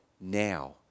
now